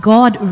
God